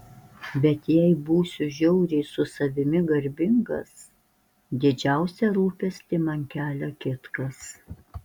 bet jei būsiu žiauriai su savimi garbingas didžiausią rūpestį man kelia kitkas